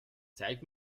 zeig